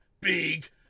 Big